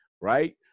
right